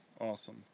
Awesome